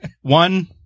One